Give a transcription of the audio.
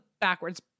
backwards